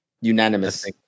Unanimous